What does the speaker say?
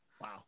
Wow